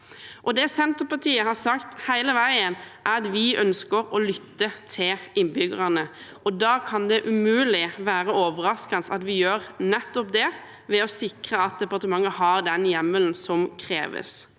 Det Senterpartiet har sagt hele veien, er at vi ønsker å lytte til innbyggerne, og da kan det umulig være overraskende at vi gjør nettopp det ved å sikre at departementet har den hjemmelen som kreves.